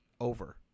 over